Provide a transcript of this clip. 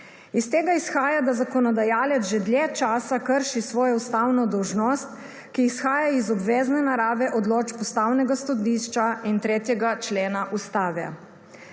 Iz tega izhaja, da zakonodajalec že dlje časa krši svojo ustavno dolžnost, ki izhaja iz obvezne narave odločb Ustavnega sodišča in 3. člena Ustave.